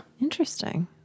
Interesting